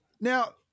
Now